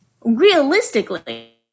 realistically